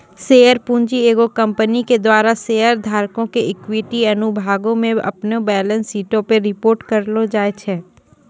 share पूंजी एगो company के द्वारा शेयर धारको के इक्विटी अनुभागो मे अपनो बैलेंस शीटो पे रिपोर्ट करलो जाय छै